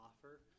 offer